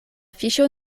fiŝo